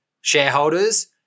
shareholders